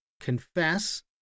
confess